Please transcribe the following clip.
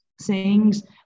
sayings